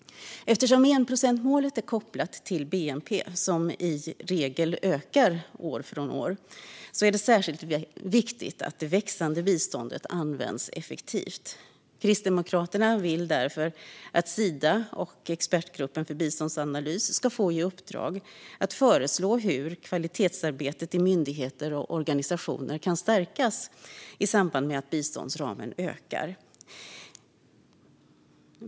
Eftersom enprocentsmålet är kopplat till bnp, som i regel ökar år för år, är det särskilt viktigt att det växande biståndet används effektivt. Kristdemokraterna vill därför att Sida och Expertgruppen för biståndsanalys ska få i uppdrag att föreslå hur kvalitetsarbetet i myndigheter och organisationer kan stärkas i samband med att biståndsramen ökar.